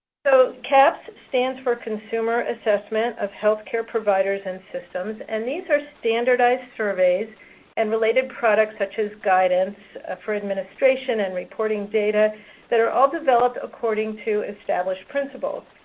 so, cahps stands for consumer assessment of healthcare providers and systems. and these are standardized surveys and related products such as guidance for administration and reporting data that're all developed according to established principles.